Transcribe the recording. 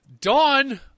Dawn